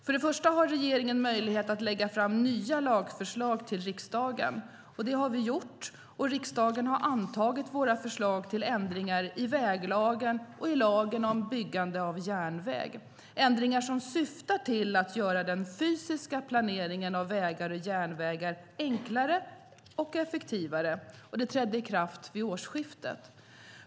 För det första har regeringen möjlighet att lägga fram nya lagförslag till riksdagen. Det har vi gjort, och riksdagen har antagit våra förslag till ändringar i väglagen och i lagen om byggande av järnväg. Ändringarna, som syftar till att göra den fysiska planeringen av vägar och järnvägar enklare och effektivare, trädde i kraft vid årsskiftet.